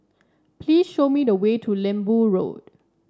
please show me the way to Lembu Road